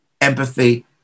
empathy